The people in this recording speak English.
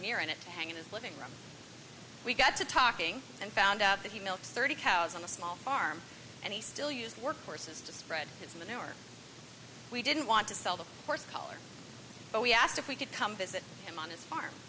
mirror and it to hang in his living room we got to talking and found out that he milked thirty cows on a small farm and he still used workforces to spread his manure we didn't want to sell the horse collar but we asked if we could come visit him on his farm